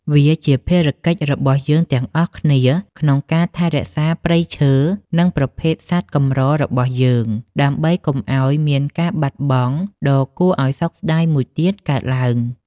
វាជាភារកិច្ចរបស់យើងទាំងអស់គ្នាក្នុងការថែរក្សាព្រៃឈើ និងប្រភេទសត្វកម្ររបស់យើង ដើម្បីកុំឱ្យមានការបាត់បង់ដ៏គួរឱ្យសោកស្តាយមួយទៀតកើតឡើង។